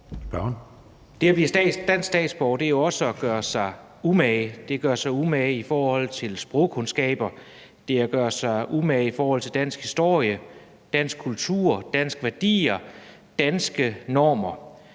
Det at blive dansk statsborger er jo også at gøre sig umage. Det er at gøre sig umage i forhold til sprogkundskaber, det er at gøre sig umage i forhold til dansk historie, dansk kultur, danske værdier, danske normer.